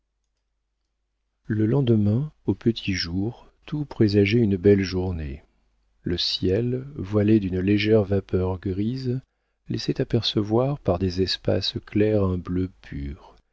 le lendemain au petit jour tout présageait une belle journée le ciel voilé d'une légère vapeur grise laissait apercevoir par des espaces clairs un bleu pur